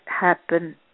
happen